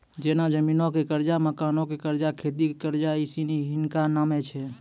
जेना जमीनो के कर्जा, मकानो के कर्जा, खेती के कर्जा इ सिनी हिनका नामे छै